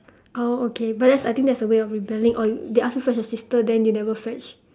oh okay but that's I think that's a way of rebelling or they ask you fetch your sister then you never fetch